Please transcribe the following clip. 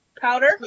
powder